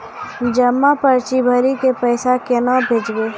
जमा पर्ची भरी के पैसा केना भेजबे?